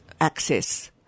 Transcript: access